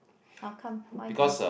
how come why